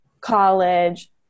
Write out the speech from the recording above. college